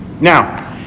Now